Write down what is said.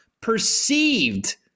perceived